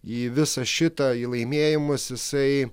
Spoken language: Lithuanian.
į visą šitą į laimėjimus jisai